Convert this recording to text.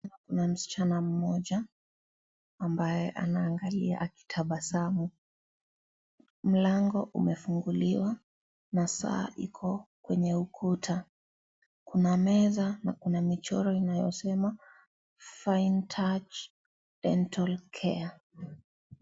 Kuna msichana mmoja ambaye anaangalia akitabasamu. Mlango umefunguliwa na saa iko kwenye ukuta. Kuna meza na kuna michoro inayosema fine touch dental care .